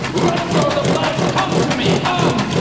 like sort of the black, come to me, come!